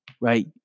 right